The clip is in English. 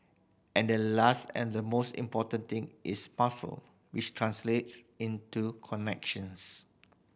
and the last and the most important thing is muscle which translate into connections